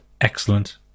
excellent